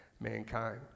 mankind